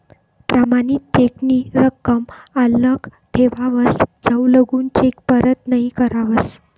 प्रमाणित चेक नी रकम आल्लक ठेवावस जवलगून चेक परत नहीं करावस